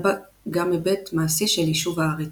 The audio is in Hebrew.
היה בה גם היבט מעשי של יישוב הארץ,